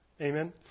Amen